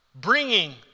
bringing